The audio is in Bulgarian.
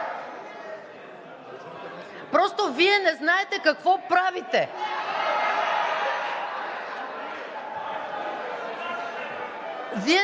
Просто Вие не знаете какво правите!